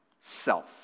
Self